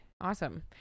Awesome